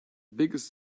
biggest